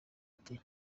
ati